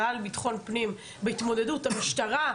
בעולם ביטחון פנים בהתמודדות המשטרה,